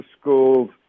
schools